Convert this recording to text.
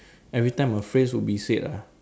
every time a phrase would be said ah